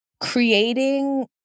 creating